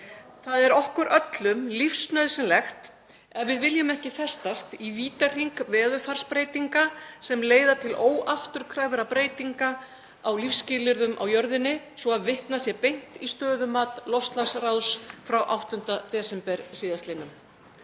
Það er okkur öllum lífsnauðsynlegt ef við viljum ekki festast í vítahring veðurfarsbreytinga sem leiða til óafturkræfra breytinga á lífsskilyrðum á jörðinni, svo vitnað sé beint í stöðumat loftslagsráðstefnu frá 8. desember sl.